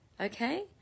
okay